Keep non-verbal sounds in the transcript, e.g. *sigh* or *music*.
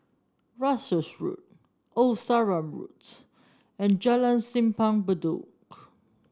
Russels Road Old Sarum Roads and Jalan Simpang Bedok *noise*